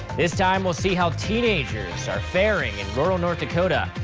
this time, we'll see how teenagers are faring in rural north dakota.